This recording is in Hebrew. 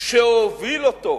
שהוביל אותו,